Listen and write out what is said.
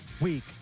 week